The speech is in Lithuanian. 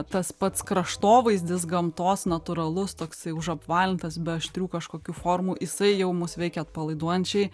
tas pats kraštovaizdis gamtos natūralus toksai užapvalintas be aštrių kažkokių formų jisai jau mus veikia atpalaiduojančiai